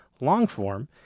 longform